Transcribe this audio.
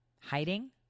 Hiding